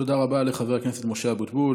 תודה רבה לחבר הכנסת משה אבוטבול.